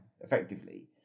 effectively